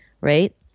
right